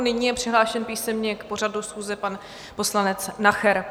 Nyní je přihlášen písemně k pořadu schůze pan poslanec Nacher.